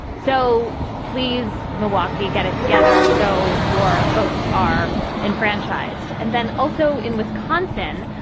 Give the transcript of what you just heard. so please, milwaukee got it together. so your folks are enfranchised and then also in wisconsin,